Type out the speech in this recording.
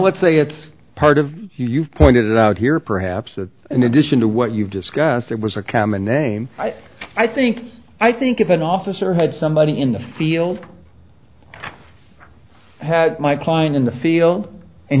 let's say it's part of you you've pointed out here perhaps that in addition to what you've discussed there was a common name i think i think if an officer had somebody in the field had my client in the field and